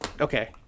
Okay